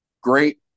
great